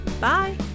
bye